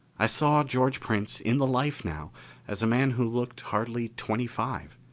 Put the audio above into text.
i saw george prince in the life now as a man who looked hardly twenty-five.